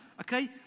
okay